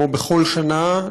כמו בכל שנה,